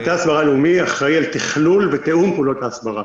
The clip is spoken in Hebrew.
מרכז ההסברה הלאומי אחראי על תכלול ותיאום פעולות ההסברה.